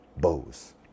Bose